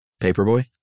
Paperboy